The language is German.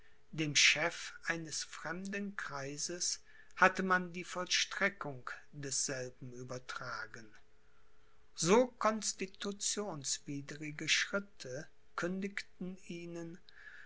dem chef eines fremden kreises hatte man die vollstreckung desselben übertragen so constitutionswidrige schritte kündigten ihnen